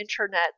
internet